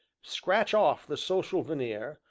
scratch off the social veneer,